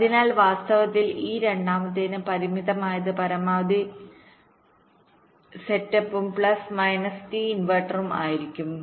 അതിനാൽ വാസ്തവത്തിൽ ഈ രണ്ടാമത്തേതിന് പരിമിതമായത് പരമാവധി സ്റ്റെപ്പും പ്ലസ് മൈനസ് ടി ഇൻവെർട്ടറും ആയിരിക്കും